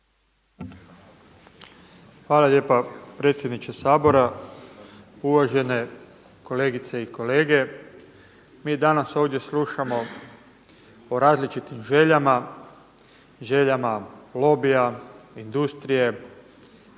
Hvala lijepa predsjedniče Sabora. Uvažene kolegice i kolege. Mi danas ovdje slušamo o različitim željama, željama lobija, industrije,